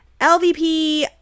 LVP